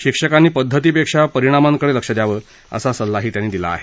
शिक्षकांनी पद्धती पेक्षा परिणामाकडे लक्ष द्यावं असा सल्ला त्यांनी दिला आहे